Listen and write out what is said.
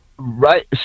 Right